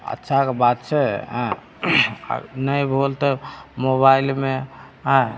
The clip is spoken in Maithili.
अच्छा के बात छै आ आ नहि होल तऽ मोबाइलमे आयँ